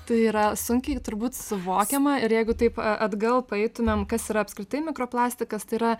tai yra sunkiai turbūt suvokiama ir jeigu taip atgal paeitumėm kas yra apskritai mikroplastikas tai yra